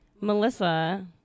Melissa